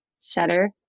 shutter